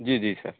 जी जी सर